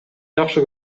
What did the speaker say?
жакшы